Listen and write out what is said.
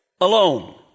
alone